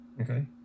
Okay